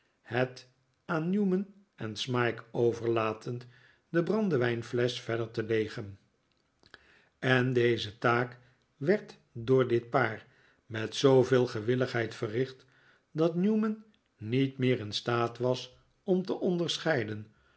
het aan newman en smike overlatend de brandewijnflesch verder te leegen en deze taak werd door dit paar met zooveel gewilligheid verricht dat newman niet meer in staat was om te onderscheiden